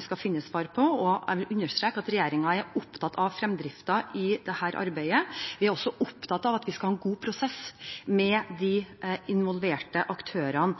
skal finne svar på, og jeg vil understreke at regjeringen er opptatt av fremdriften i dette arbeidet. Vi er også opptatt av at vi skal ha en god prosess med de involverte aktørene